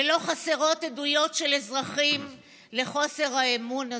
ולא חסרות עדויות של אזרחים לחוסר האמון הזה.